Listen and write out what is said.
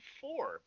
four